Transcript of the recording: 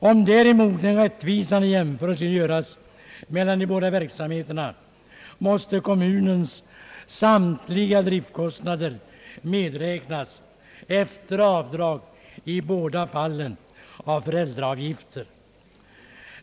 Om däremot en rättvisande jämförelse skall göras mellan de två verksamheterna, måste kommunernas samtliga driftkostnader medräknas efter avdrag i båda fallen av föräldraavgifter.